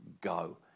go